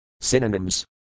Synonyms